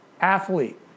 athlete